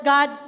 God